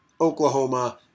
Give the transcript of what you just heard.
Oklahoma